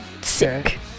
Sick